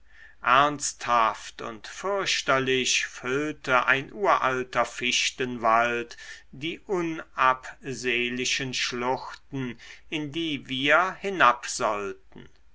ernsthaft und fürchterlich füllte ein uralter fichtenwald die unabsehlichen schluchten in die wir hinab sollten